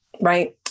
right